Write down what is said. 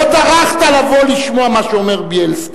לא טרחת לבוא לשמוע מה שאומר בילסקי.